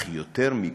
אך יותר מכל"